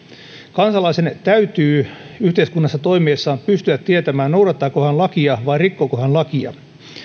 kansalaisen täytyy yhteiskunnassa toimiessaan pystyä tietämään noudattaako hän lakia vai rikkooko hän lakia